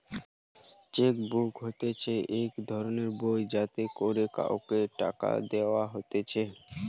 check book হতিছে এক ধরণের বই যাতে করে কাওকে টাকা দেওয়া হতিছে